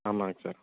ஆமாங்க சார்